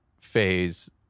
phase